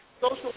social